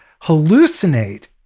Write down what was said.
hallucinate